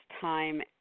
time